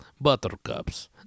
Buttercups